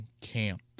camp